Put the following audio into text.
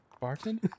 Barton